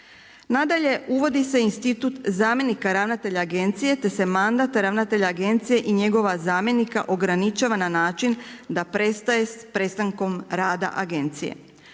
Nadalje, uvodi se institut zamjenika ravnatelja agencije te se mandat ravnatelja agencije i njegova zamjenika ograničava na način da prestaje s prestankom rada agencije.